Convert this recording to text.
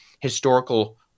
historical